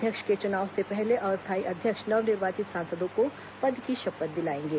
अध्यक्ष के चुनाव से पहले अस्थाई अध्यक्ष नवनिर्वाचित सांसदों को पद की शपथ दिलाएंगे